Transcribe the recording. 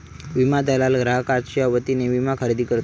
विमा दलाल ग्राहकांच्यो वतीने विमा खरेदी करतत